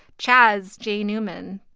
chas j. newman.